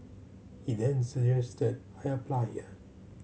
he then suggested I apply here